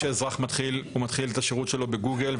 אזרח מתחיל את השירות שלו בגוגל,